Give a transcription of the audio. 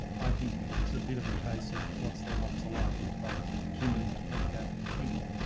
i think it's a bit of a case of what's there not to like, to quote kimi from cath and kimi.